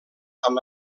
amb